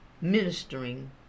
ministering